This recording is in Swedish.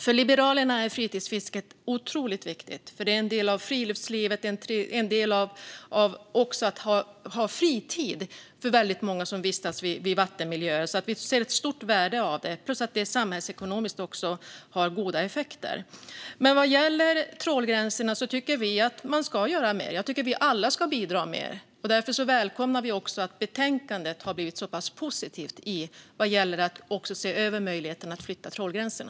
För Liberalerna är fritidsfisket otroligt viktigt. Det är en del av friluftslivet och en del av fritiden för väldigt många som vistas vid vattenmiljöer. Vi ser ett stort värde i det, och även samhällsekonomiskt har det goda effekter. Vad gäller trålgränserna tycker vi att man ska göra mer. Jag tycker att vi alla ska bidra mer. Därför välkomnar vi också att betänkandet har blivit så pass positivt vad gäller att se över möjligheten att flytta trålgränserna.